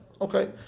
Okay